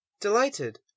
Delighted